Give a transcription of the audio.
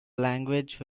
language